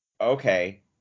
Okay